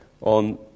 on